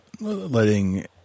letting